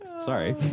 sorry